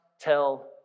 tell